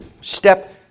Step